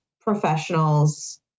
professionals